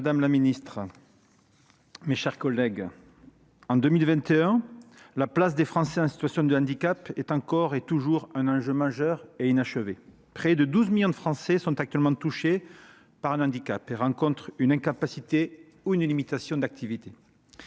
madame la secrétaire d'État, mes chers collègues, en 2021, la place des Français en situation de handicap demeure un enjeu majeur. Près de 12 millions de Français sont actuellement touchés par un handicap et souffrent d'une incapacité ou d'une limitation d'activité.